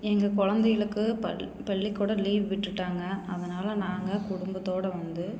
எங்கள் குழந்தைகளுக்கு பள் பள்ளிக்கூடம் லீவ் விட்டுவிட்டாங்க அதனால் நாங்கள் குடும்பத்தோட வந்து